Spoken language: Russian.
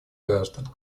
граждан